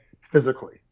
physically